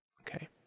Okay